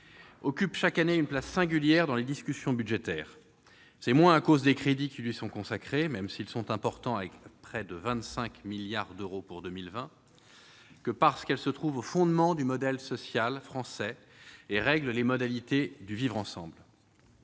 occupe chaque année une place singulière dans les discussions budgétaires. C'est moins à cause des crédits qui lui sont consacrés, même s'ils sont importants, avec près de 25 milliards d'euros pour 2020, que parce qu'elle se trouve au fondement du modèle social français et règle les modalités du vivre ensemble.